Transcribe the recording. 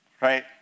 Right